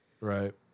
Right